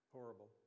Horrible